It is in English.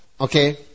okay